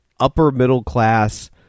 upper-middle-class